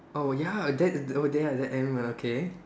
oh ya that oh there other animal okay